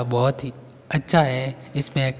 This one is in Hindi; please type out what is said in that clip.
बहुत ही अच्छा है इसमें